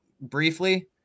briefly